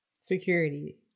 Security